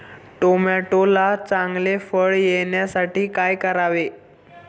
टोमॅटोला चांगले फळ येण्यासाठी काय करावे?